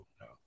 No